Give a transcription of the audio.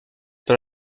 dans